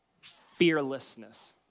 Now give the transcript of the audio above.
fearlessness